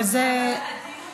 הדיון